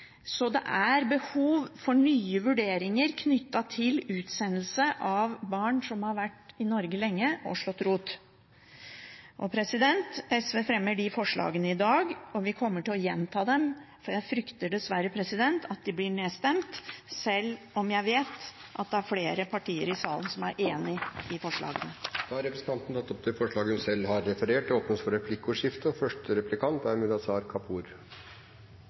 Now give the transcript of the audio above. Så det er behov for nye vurderinger knyttet til utsendelse av barn som har vært i Norge lenge og slått rot. SV fremmer disse forslagene i dag, og vi kommer til å gjenta dem, for jeg frykter dessverre at de blir nedstemt, sjøl om jeg vet at det er flere partier i salen som er enig i forslagene. Representanten Karin Andersen har tatt opp de forslagene hun refererte til. Det blir replikkordskifte. Både representanten Karin Andersen og